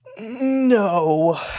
no